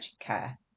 care